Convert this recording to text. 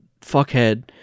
Fuckhead